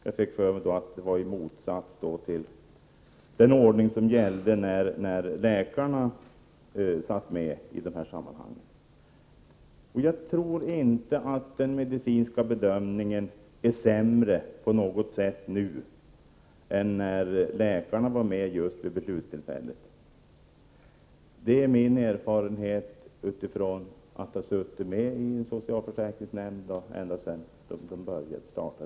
Jag fick för mig att detta var i motsats till den ordning som gällde när läkarna satt med. Jag tror inte att den medicinska bedömningen på något sätt är sämre nu än när läkarna var med vid beslutstillfället. Det är min erfarenhet, utifrån att ha suttit med i en socialförsäkringsnämnd sedan de tillkom.